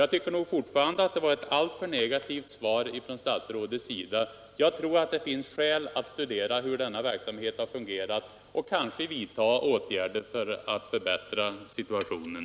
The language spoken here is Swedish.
Jag tycker fortfarande att det är ett alltför negativt svar som statsrådet givit. Jag tror det finns skäl att studera hur denna verksamhet har fungerat och vidta åtgärder för att förbättra situationen.